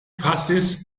passes